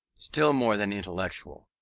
still more than intellectual.